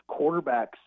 quarterbacks